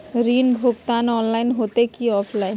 ऋण भुगतान ऑनलाइन होते की ऑफलाइन?